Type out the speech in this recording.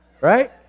Right